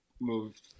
moved